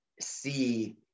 see